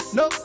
no